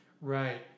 Right